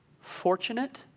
fortunate